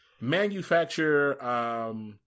manufacture